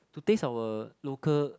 to taste our local